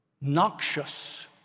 Noxious